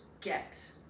get